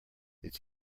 its